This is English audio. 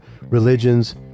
religions